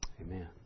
amen